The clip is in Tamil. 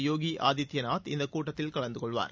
யோகி ஆதித்யநாத் இந்தக் கூட்டத்தில் கலந்து கொள்வார்